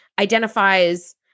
identifies